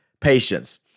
Patience